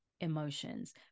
emotions